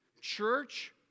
Church